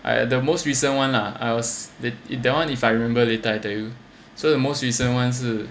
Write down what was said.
like the most recent [one] lah I was that it that [one] if I remember later I tell you so the most recent [one] 是